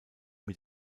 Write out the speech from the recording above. mit